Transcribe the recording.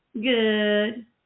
Good